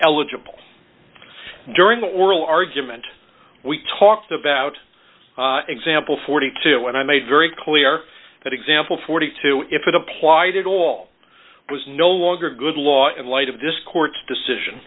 eligible during the oral argument we talked about example forty two when i made very clear that example forty two if it applied at all was no longer good law in light of this court's decision